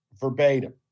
verbatim